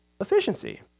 efficiency